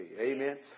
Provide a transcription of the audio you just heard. Amen